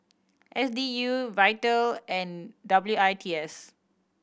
S D U Vital and W I T S